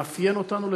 זה מאפיין אותנו,